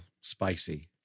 spicy